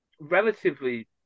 relatively